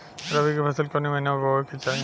रबी की फसल कौने महिना में बोवे के चाही?